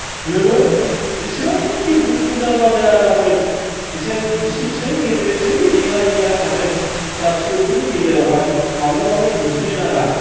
नोङो जेसेबांखि दुखु जारला जाया जाथों बिसाय बिसि फिसायनि गेजेरै जेमानखि जेंना जेंगोना थाथों फिसा फिसौफोरनि गेजेरावहाय माब्लाबाबो दिन्थिनो नाङा